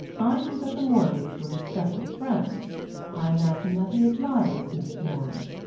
i knew that the morleys were his special friends i imagine that he admires miss morley.